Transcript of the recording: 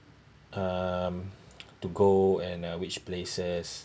um to go and uh which places